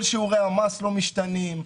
כל שיעורי המס לא משתנים,